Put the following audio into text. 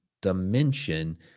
dimension